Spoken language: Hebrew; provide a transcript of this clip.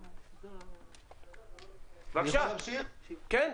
בבקשה, אדוני.